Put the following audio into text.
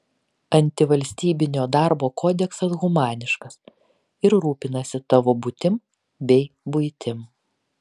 antivalstybinio darbo kodeksas humaniškas ir rūpinasi tavo būtim bei buitim